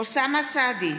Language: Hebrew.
אוסאמה סעדי,